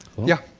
yeah.